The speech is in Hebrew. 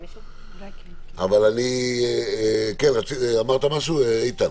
כן, אמרת משהו, איתן?